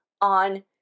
on